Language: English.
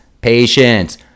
patience